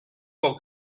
will